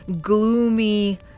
gloomy